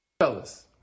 Fellas